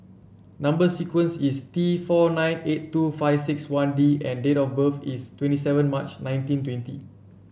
number sequence is T four nine eight two five six one D and date of birth is twenty seven March nineteen twenty